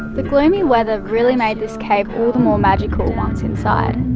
the gloomy weather really made this cave all the more magical once inside.